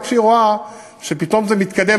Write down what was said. רק כשהיא רואה שפתאום זה מתקדם,